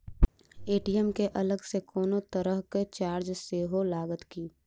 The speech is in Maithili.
ए.टी.एम केँ अलग सँ कोनो तरहक चार्ज सेहो लागत की?